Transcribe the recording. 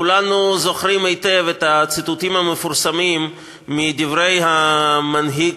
כולנו זוכרים את הציטוטים המפורסמים מדברי המנהיג,